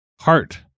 Heart